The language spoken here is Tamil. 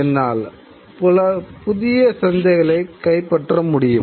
என்னால் பல புதிய சந்தைகளை கைப்பற்ற முடியும்